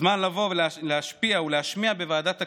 זמן לבוא להשפיע ולהשמיע בוועדת הכספים,